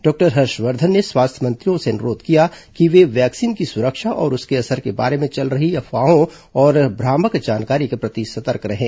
doctor Harsh Vardhan ने स्वास्थ्य मंत्रियों से अनुरोध किया कि वे वैक्सीन की सुरक्षा और उसके असर के बारे में चल रही अफवाहों और भ्रामक जानकारी के प्रति सतर्क रहें